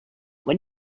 when